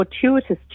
fortuitous